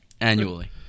annually